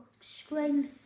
screen